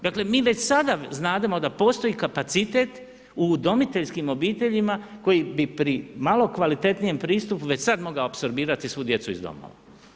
Dakle, mi već sada znademo da postoji kapacitet udomiteljskim obiteljima koji bi pri malo kvalitetnijem pristupu već sad mogao apsorbirati svu djecu iz domova.